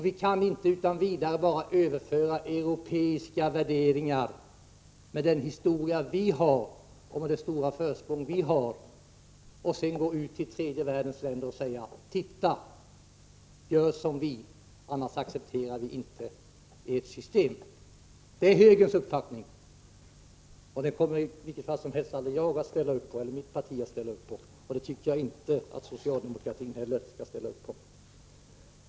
Vi, med vår historia och det stora försprång vi har, kan inte utan vidare överföra europeiska värderingar till tredje världens länder och säga: Gör som vi, annars accepterar vi inte ert system. Detta är högerns uppfattning, och den kommer i vilket fall som helst aldrig jag eller mitt parti att ställa upp för. Och det tycker jag inte heller att socialdemokratin skall göra.